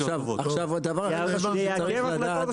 עכשיו, עוד דבר שצריך לדעת.